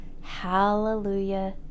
Hallelujah